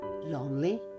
lonely